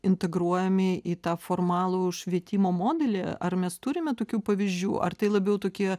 integruojami į tą formalų švietimo modelį ar mes turime tokių pavyzdžių ar tai labiau tokie